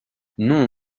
non